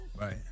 Right